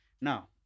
Now